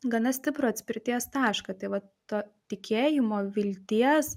gana stiprų atspirties tašką tai vat to tikėjimo vilties